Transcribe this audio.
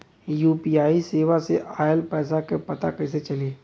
UPI सेवा से ऑयल पैसा क पता कइसे चली?